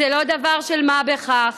זה לא דבר של מה בכך.